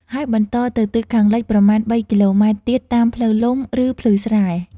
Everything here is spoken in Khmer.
ហើយបន្តទៅទិសខាងលិចប្រមាណ ៣ គីឡូម៉ែត្រទៀត តាមផ្លូវលំ ឬភ្លឺស្រែ។